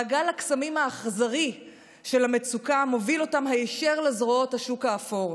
מעגל הקסמים האכזרי של המצוקה מוביל אותם הישר לזרועות השוק האפור,